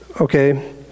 okay